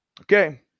Okay